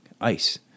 ice